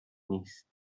نیست